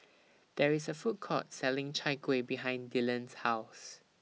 There IS A Food Court Selling Chai Kueh behind Dyllan's House